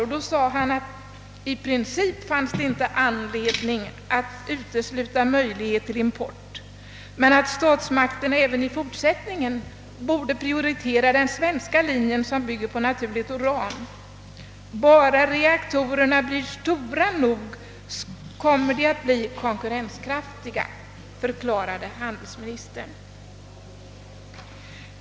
Han svarade att det i princip inte fanns anledning att utesluta möjligheten till import men att statsmakterna även i fortsättningen borde prioritera den svenska linjen, som bygger på naturligt uran. »Bara reaktorerna blir stora nog, kommer de att bli kon kurrenskraftiga», förklarade handelsministern.